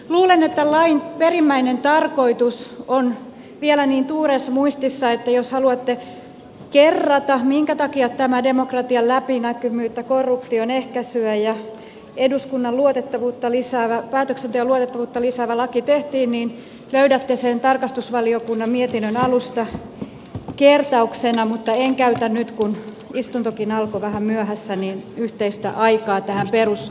luulen että lain perimmäinen tarkoitus on vielä niin tuoreessa muistissa että jos haluatte kerrata minkä takia tämä demokratian läpinäkyvyyttä korruption ehkäisyä ja eduskunnan päätöksenteon luotettavuutta lisäävä laki tehtiin niin löydätte sen tarkastusvaliokunnan mietinnön alusta kertauksena mutta en käytä nyt kun istuntokin alkoi vähän myöhässä yhteistä aikaa tähän perusviestiin